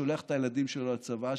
שולח את הילדים שלו לצבא,